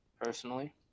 personally